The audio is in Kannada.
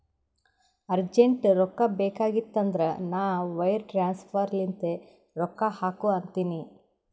ಅರ್ಜೆಂಟ್ ರೊಕ್ಕಾ ಬೇಕಾಗಿತ್ತಂದ್ರ ನಾ ವೈರ್ ಟ್ರಾನ್ಸಫರ್ ಲಿಂತೆ ರೊಕ್ಕಾ ಹಾಕು ಅಂತಿನಿ